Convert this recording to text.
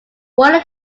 what